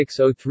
603